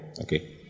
okay